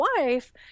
wife